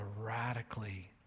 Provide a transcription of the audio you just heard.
radically